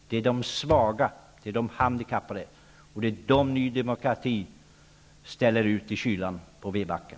Det är de svaga, det är de handikappade. Det är dem Ny demokrati ställer ut i kylan på vedbacken.